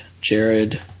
Jared